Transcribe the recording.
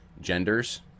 genders